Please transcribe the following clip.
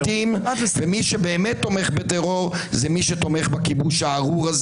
-- על בסיס יומיומי -- טלי, למה להתייחס אליו?